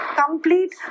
complete